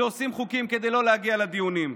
שעושים חוקים כדי לא להגיע לדיונים.